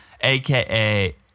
aka